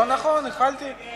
התשס"ט 2009,